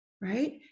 right